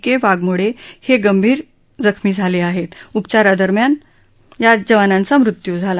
क वाघमोड ह गंभीर जखमी झाल होत उपचारादरम्यान या जवानांचा मृत्यू झाला